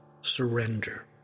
surrender